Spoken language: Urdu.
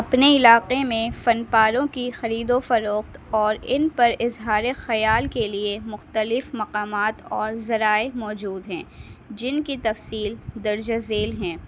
اپنے علاقے میں فن پاروں کی خرید و فروخت اور ان پر اظہار خیال کے لیے مختلف مقامات اور ذرائع موجود ہیں جن کی تفصیل درج ذیل ہیں